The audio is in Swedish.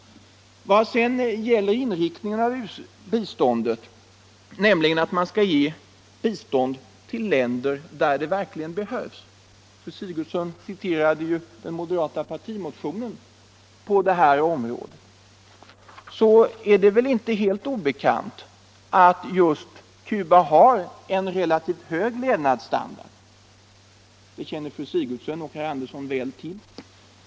Vad sedan gäller inriktningen av biståndet sägs det att vi skall ge bistånd till länder där det verkligen behövs. Fru Sigurdsen citerade här den moderata partimotionen, men det är väl inte helt obekant att just Cuba har en relativt hög levnadsstandard. Det känner fru Sigurdsen och herr Andersson väl till.